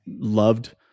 loved